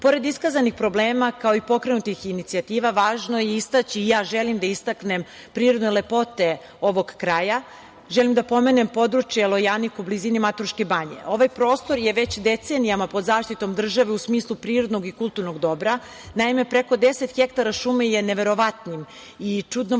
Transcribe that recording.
iskazanih problema, kao i pokrenutih inicijativa, važno je istaći i ja želim da istaknem prirodne lepote ovog kraja. Želim da pomenem područje Lojanika u blizini Mataruške banje. Ovaj prostor je već decenijama pod zaštitom države u smislu prirodnog i kulturnog dobra. Naime, preko 10 hektara šume je neverovatnim i čudnovatim